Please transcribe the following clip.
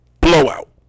Blowout